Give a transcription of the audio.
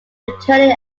returning